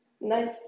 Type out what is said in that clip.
nice